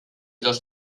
dos